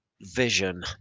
vision